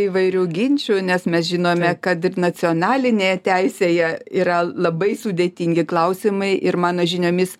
įvairių ginčių nes mes žinome kad ir nacionalinėje teisėje yra labai sudėtingi klausimai ir mano žiniomis